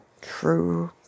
true